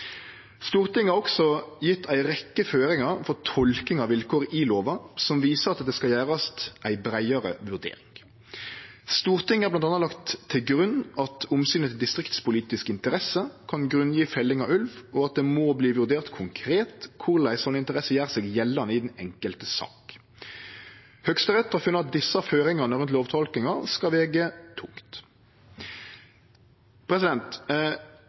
Stortinget har også gjeve ei rekkje føringar for tolking av vilkår i lova, som viser at det skal gjerast ei breiare vurdering. Stortinget har bl.a. lagt til grunn at omsynet til distriktspolitiske interesser kan grunngje felling av ulv, og at det må verte vurdert konkret korleis slike interesser gjer seg gjeldande i den enkelte saka. Høgsterett har funne at desse føringane rundt lovtolkingar skal vege tungt.